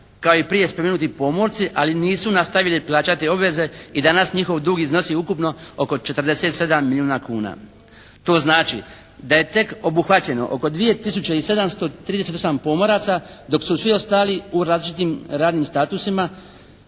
kao i prije spomenuti pomorci, ali nisu nastavili plaćati obveze i danas njihov dug iznosi ukupno oko 47 milijuna kuna. To znači da je tek obuhvaćeno oko 2 tisuće i 738 pomoraca dok su svi ostali u različitim radnim statusima